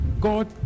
God